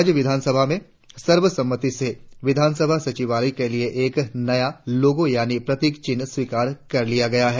राज्य विधानसभा में सर्वसम्मति से विधानसभा सचिवालय के लिए एक नया लोगो यानि प्रतिक चिन्ह स्वीकार कर लिया है